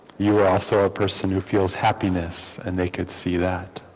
you are also a person who feels happiness and they could see that